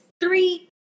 three-